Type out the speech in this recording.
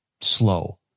slow